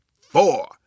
four